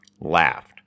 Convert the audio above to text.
laughed